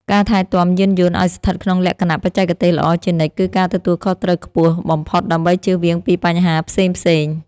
ការថែទាំយានយន្តឱ្យស្ថិតក្នុងលក្ខណៈបច្ចេកទេសល្អជានិច្ចគឺជាការទទួលខុសត្រូវខ្ពស់បំផុតដើម្បីជៀសវាងពីបញ្ហាផ្សេងៗ។